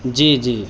جی جی